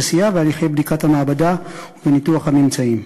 שסייע בהליכי בדיקת המעבדה ובניתוח הממצאים.